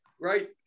right